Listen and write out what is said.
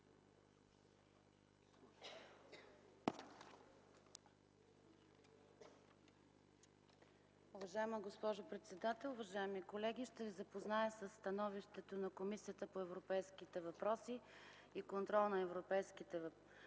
Уважаема госпожо председател, уважаеми колеги! Ще Ви запозная с: „ДОКЛАД на Комисията по европейските въпроси и контрол на европейските фондове